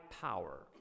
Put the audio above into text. power